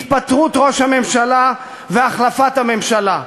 התפטרות ראש הממשלה והחלפת הממשלה.